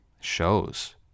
shows